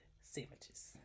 sandwiches